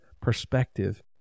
perspective